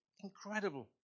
Incredible